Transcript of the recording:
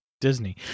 Disney